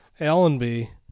Allenby